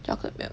chocolate milk